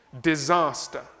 disaster